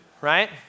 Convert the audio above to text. right